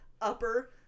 upper